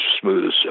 smooth